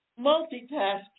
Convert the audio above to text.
Multitasking